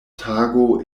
tago